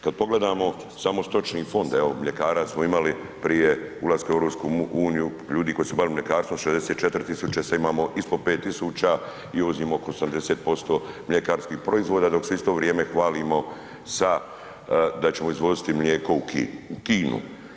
Kad pogledamo samo stočni fond, evo mljekara smo imali prije ulaska u EU, ljudi koji su se bavili mljekarstvom 64 000, sad imamo ispod 5000 i uvozimo oko 80% mljekarskih proizvoda dok se u isto vrijeme hvalimo sa da ćemo izvoziti mlijeka u Kinu.